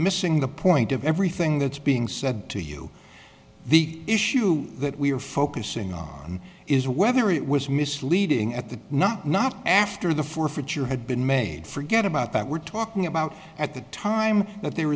missing the point of everything that's being said to you the issue that we are focusing on is whether it was misleading at the not not after the forfeiture had been made forget about that we're talking about at the time that there